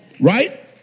right